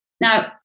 now